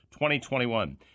2021